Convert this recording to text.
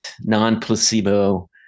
non-placebo